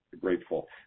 grateful